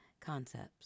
concepts